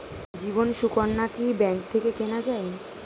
জীবন সুকন্যা কি ব্যাংক থেকে কেনা যায়?